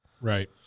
Right